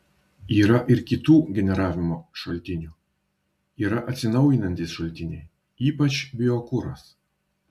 yra ir kitų generavimo šaltinių yra atsinaujinantys šaltiniai ypač biokuras